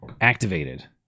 activated